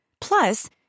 Plus